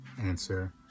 answer